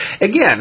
again